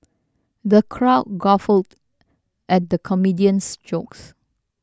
the crowd guffawed at the comedian's jokes